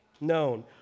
known